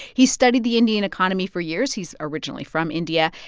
he studied the indian economy for years. he's originally from india.